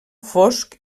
fosc